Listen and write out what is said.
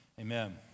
amen